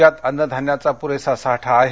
राज्यात अन्नधान्याचा पुरेसा साठा आहे